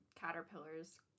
caterpillars